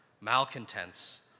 malcontents